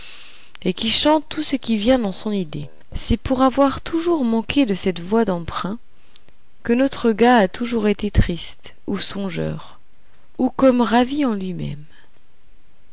et qui chante tout ce qui vient dans son idée c'est pour avoir toujours manqué de cette voix d'emprunt que notre gars a toujours été triste ou songeur ou comme ravi en lui-même